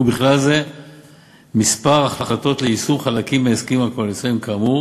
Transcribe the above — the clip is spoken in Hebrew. ובכלל זה מספר החלטות ליישום חלקים מההסכמים הקואליציוניים כאמור,